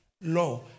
law